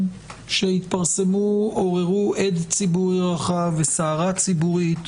שהתפרסמו עוררו הד ציבורי רחב וסערה ציבורית.